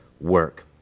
work